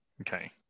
Okay